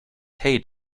hey